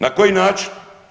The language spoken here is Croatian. Na koji način?